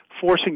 forcing